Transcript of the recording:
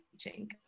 teaching